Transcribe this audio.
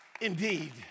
indeed